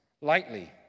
lightly